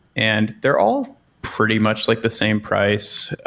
and they're all pretty much like the same price.